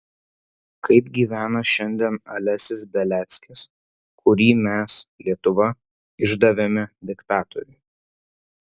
kaip gyvena šiandien alesis beliackis kurį mes lietuva išdavėme diktatoriui